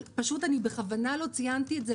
אבל פשוט אני בכוונה לא ציינתי את זה,